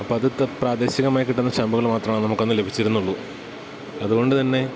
അപ്പോഴതൊക്കെ പ്രാദേശികമായി കിട്ടുന്ന സ്റ്റാമ്പുകൾ മാത്രമേ നമുക്കന്നു ലഭിച്ചിരുന്നുള്ളൂ അതുകൊണ്ടുതന്നെ